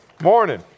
morning